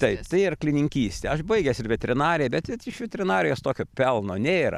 taip tai arklininkystė aš baigęs ir veterinariją bet vat iš veterinarijos tokio pelno nėra